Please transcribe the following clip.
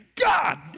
God